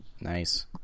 Nice